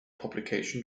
publication